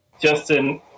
Justin